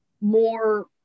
more